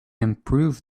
improved